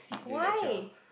why